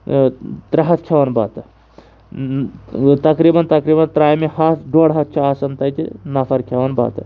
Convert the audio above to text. ترٛےٚ ہَتھ کھٮ۪وان بَتہٕ تقریٖباً تقریٖباً ترٛامہِ ہَتھ ڈۄڈ ہَتھ چھُ آسان تَتہِ نَفَر کھٮ۪وان بَتہٕ